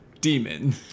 Demon